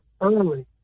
early